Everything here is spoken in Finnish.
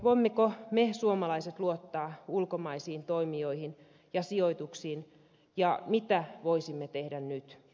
voimmeko me suomalaiset luottaa ulkomaisiin toimijoihin ja sijoituksiin ja mitä voisimme tehdä nyt